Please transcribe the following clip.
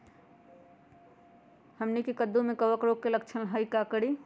हमनी के कददु में कवक रोग के लक्षण हई का करी?